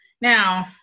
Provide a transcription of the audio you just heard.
Now